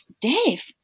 Dave